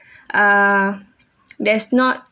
uh that's not